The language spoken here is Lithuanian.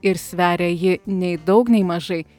ir sveria ji nei daug nei mažai